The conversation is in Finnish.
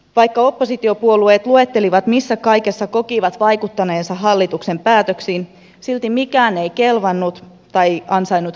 vaikka oppositiopuolueet luettelivat missä kaikessa ne kokivat vaikuttaneensa hallituksen päätöksiin silti mikään ei kelvannut tai ansainnut kiitosta